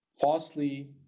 falsely